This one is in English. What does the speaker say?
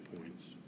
points